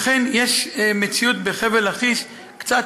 אכן יש בחבל לכיש מציאות קצת,